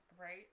Right